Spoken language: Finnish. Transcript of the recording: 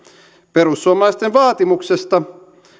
perussuomalaisten vaatimuksesta